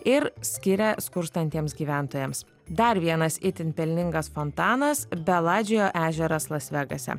ir skiria skurstantiems gyventojams dar vienas itin pelningas fontanas beladžio ežeras las vegase